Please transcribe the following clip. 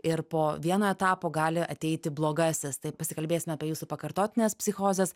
ir po vieno etapo gali ateiti blogasis tai pasikalbėsime apie jūsų pakartotines psichozes